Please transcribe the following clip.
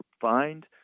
find